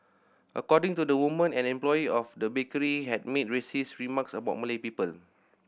according to the woman an employee of the bakery had made racist remarks about Malay people